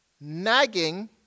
nagging